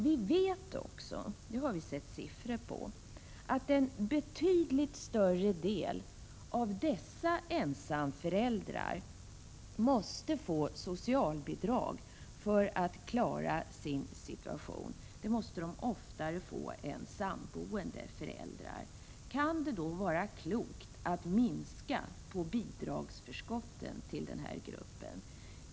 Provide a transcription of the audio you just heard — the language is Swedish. Vi vet också — det har vi sett siffror på — att dessa ensamföräldrar betydligt oftare än samboende föräldrar måste få socialbidrag för att klara sin situation. Kan det då vara klokt att minska på bidragsförskotten till den här gruppen?